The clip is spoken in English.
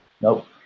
Nope